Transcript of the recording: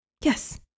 Yes